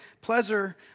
pleasure